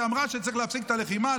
שאמרה שצריך להפסיק את הלחימה,